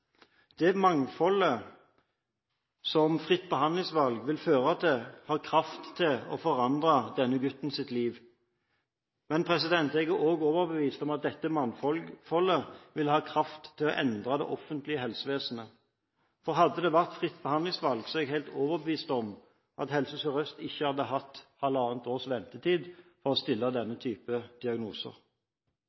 Det mangfoldet som fritt behandlingsvalg vil føre til, har kraft til å forandre denne guttens liv. Men jeg er også overbevist om at dette mangfoldet vil ha kraft til å forandre det offentlige helsevesenet. Hadde det vært fritt behandlingsvalg, er jeg helt overbevist om at Helse Sør-Øst ikke hadde hatt halvannet års ventetid for å stille denne typen diagnoser.